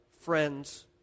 friends